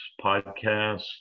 podcasts